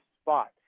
spot